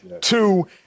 two